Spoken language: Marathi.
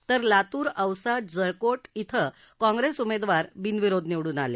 तर लातूर औसा आणि जळकोट इथं काँग्रेस उमेदवार बिनविरोध निवडून आले